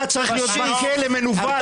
אתה צריך להיות בכלא, מנוול.